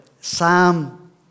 Psalm